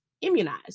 immunized